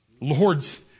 Lord's